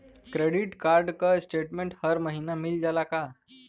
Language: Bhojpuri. क्रेडिट कार्ड क स्टेटमेन्ट हर महिना मिल जाला का?